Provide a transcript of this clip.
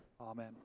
amen